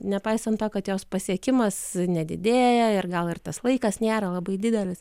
nepaisant to kad jos pasiekimas nedidėja ir gal ir tas laikas nėra labai didelis